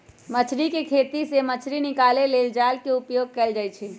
मछरी कें खेति से मछ्री निकाले लेल जाल के उपयोग कएल जाइ छै